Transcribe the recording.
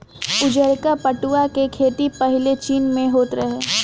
उजारका पटुआ के खेती पाहिले चीन में होत रहे